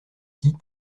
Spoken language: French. dix